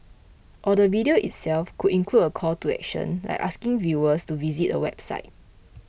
or the video itself could include a call to action like asking viewers to visit a website